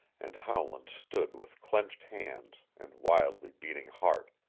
and howland stood with clenched hands and wildly beating heart,